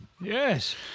Yes